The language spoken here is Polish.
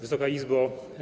Wysoka Izbo!